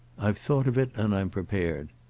i've thought of it and i'm prepared.